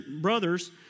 brothers